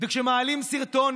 וכשמעלים סרטון